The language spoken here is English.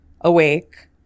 awake